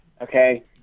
Okay